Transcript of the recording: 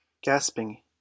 Gasping